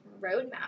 roadmap